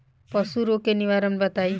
पशु रोग के निवारण बताई?